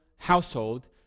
Household